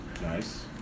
Nice